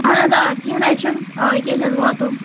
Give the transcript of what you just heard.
اَہَن حظ آ کیٚنٛہہ نہَ حظ چھُنہٕ آ یہِ کہِ حظ واتو